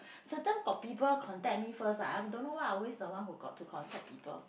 sometime got people contact me first ah I don't know why I always the one who got to contact people